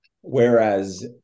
Whereas